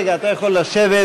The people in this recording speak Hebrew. אתה יכול לשבת,